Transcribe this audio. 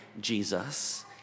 Jesus